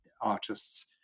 artists